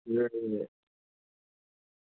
ठीक ऐ ठीक ऐ